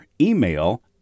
email